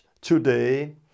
today